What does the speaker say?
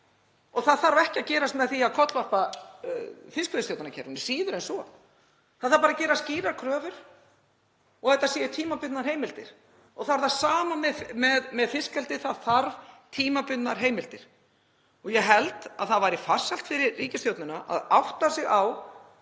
og það þarf ekki að gerast með því að kollvarpa fiskveiðistjórnarkerfinu, síður en svo. Það þarf bara að gera skýrar kröfur og að þetta séu tímabundnar heimildir. Það er það sama með fiskeldið. Það þarf tímabundnar heimildir. Ég held að það væri farsælt fyrir ríkisstjórnina að átta sig á